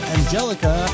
Angelica